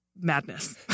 madness